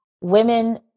women